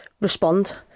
respond